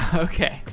okay.